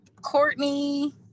Courtney